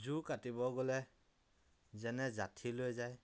জোৰ কাটিব গ'লে যেনে জাঠি লৈ যায়